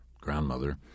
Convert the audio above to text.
grandmother